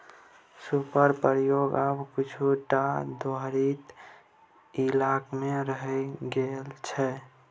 सूपक प्रयोग आब किछुए टा देहाती इलाकामे रहि गेल छै